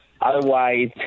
Otherwise